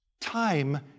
time